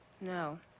No